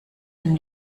dem